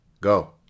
Go